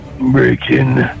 breaking